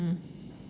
mm